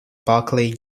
barclay